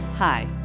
Hi